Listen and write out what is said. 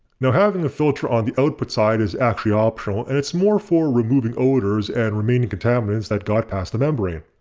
now having a filter on the output side is actually optional and it's more for removing odors and remaining contaminants that got passed the membrane.